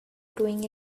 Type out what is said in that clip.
doing